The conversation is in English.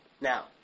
Now